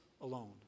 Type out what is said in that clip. alone